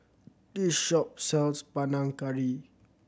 this shop sells Panang Curry